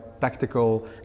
tactical